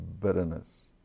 bitterness